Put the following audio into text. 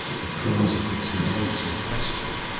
the crews of the two boats were questioned.